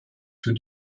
für